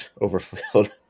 overfilled